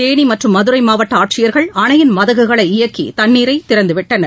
தேனி மற்றும் மதுரை மாவட்ட ஆட்சியர்கள் அணையின் மதகுகளை இயக்கி தண்ணீரை திறந்துவிட்டனர்